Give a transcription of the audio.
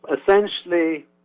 essentially